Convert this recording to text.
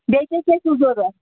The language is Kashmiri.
بیٚیہِ کیٛاہ کیٛاہ چھُ ضروٗرَت